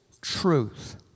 truth